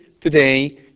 today